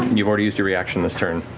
you've already used your reaction this turn.